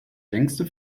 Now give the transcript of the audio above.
längste